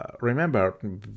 remember